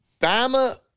Bama